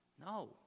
No